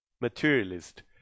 materialist